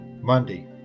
Monday